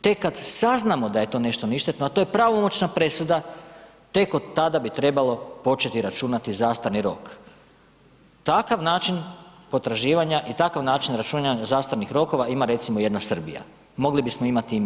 Tek kad saznamo da je to nešto ništetno, a to je pravomoćna presuda, tek od tada bi trebalo početi računati zastarni rok. takav način potraživanja i takav način računanja zastarnih rokova ima recimo jedna Srbija, mogli bismo imati i mi.